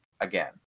again